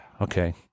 okay